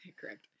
Correct